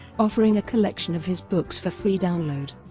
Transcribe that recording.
offering a collection of his books for free download.